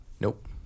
Nope